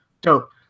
dope